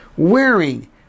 Wearing